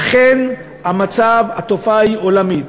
אכן התופעה היא עולמית.